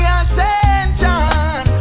attention